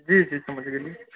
जी जी समझ गेलियै